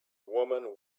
woman